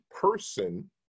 person